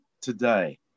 today